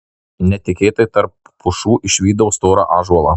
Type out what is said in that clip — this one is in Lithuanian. netikėtai tarp pušų išvydau storą ąžuolą